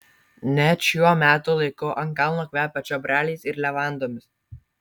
net šiuo metų laiku ant kalno kvepia čiobreliais ir levandomis